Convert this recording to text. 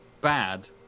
bad